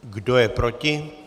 Kdo je proti?